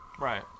right